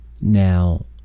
Now